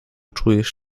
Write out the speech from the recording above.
czujesz